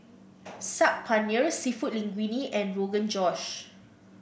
Saag Paneer seafood Linguine and Rogan Josh